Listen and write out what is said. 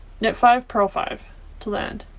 knit five purl five to the end.